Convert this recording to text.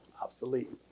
obsolete